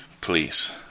Please